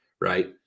right